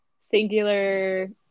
singular